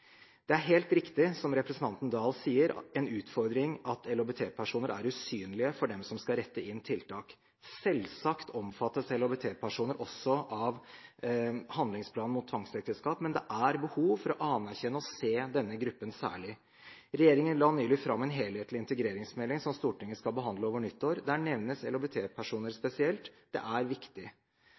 Det er helt riktig, som representanten Dahl sier, en utfordring at LHBT-personer er usynlige for dem som skal rette inn tiltak. Selvsagt omfattes LHBT-personer også av handlingsplanen mot tvangsekteskap, men det er behov for å anerkjenne og se denne gruppen særlig. Regjeringen la nylig fram en helhetlig integreringsmelding som Stortinget skal behandle over nyttår. Der nevnes LHBT-personer spesielt. Det er viktig.